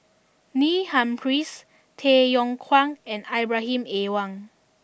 Neil Humphreys Tay Yong Kwang and Ibrahim Awang